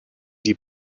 die